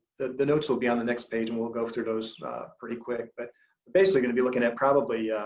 the the notes will be on the next page and we'll go through those pretty quick. but basically gonna be looking at probably,